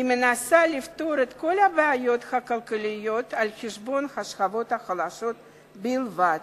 היא מנסה לפתור את כל הבעיות הכלכליות על חשבון השכבות החלשות בלבד,